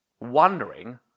wondering